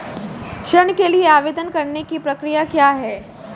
ऋण के लिए आवेदन करने की प्रक्रिया क्या है?